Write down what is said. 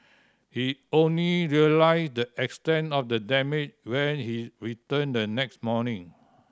he only realised the extent of the damage when he returned the next morning